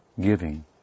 giving